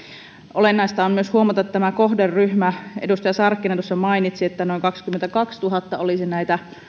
olennaista on myös huomata tämä kohderyhmä edustaja sarkkinen tuossa jo mainitsi että noin kaksikymmentäkaksituhatta olisi